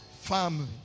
family